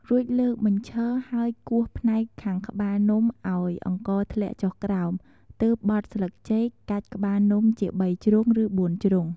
រួចលើកបញ្ឈរហើយគោះផ្នែកខាងក្បាលនំឱ្យអង្ករធ្លាក់ចុះក្រោម ទើបបត់ស្លឹកចេក កាច់ក្បាលនំជា៣ជ្រុង ឬ៤ជ្រុង។